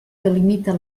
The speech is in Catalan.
delimita